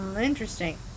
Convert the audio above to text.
Interesting